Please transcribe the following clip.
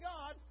God